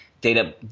data